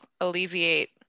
alleviate